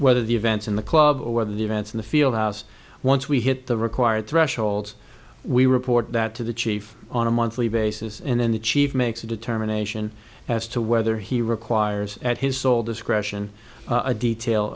whether the events in the club or whether the events in the field house once we hit the required threshold we report that to the chief on a monthly basis and then the chief makes a determination as to whether he requires at his sole discretion a detail